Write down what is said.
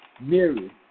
Mary